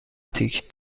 تیک